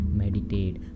meditate